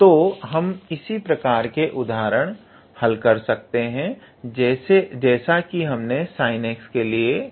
तो हम इसी प्रकार के उदाहरण हल कर सकते हैं जैसा कि हमने sinx के लिए किया